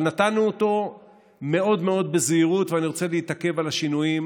אבל נתנו אותו מאוד מאוד בזהירות ואני רוצה להתעכב על השינויים